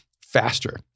faster